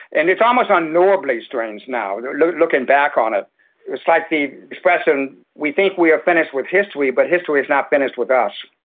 and it's almost unknowability strange now, looking back on it. it was slightly, like the expression we think we are finished with history but history is not finished with us.